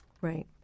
Right